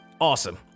awesome